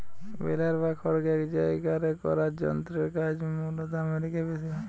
বেলার বা খড়কে এক জায়গারে করার যন্ত্রের কাজ মূলতঃ আমেরিকায় বেশি হয়